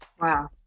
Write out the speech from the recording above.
wow